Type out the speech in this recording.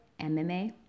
MMA